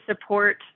support